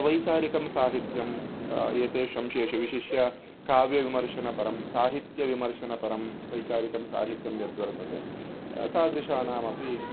वैचारिकं साहित्यम् एतेषु शेषु विशिष्य काव्यविमर्शनपरं साहित्यविमर्शनपरं वैचारिकं साहित्यं यद्वर्तते तादृशानामपि